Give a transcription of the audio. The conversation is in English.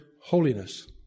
holiness